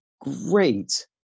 Great